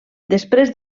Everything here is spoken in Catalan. després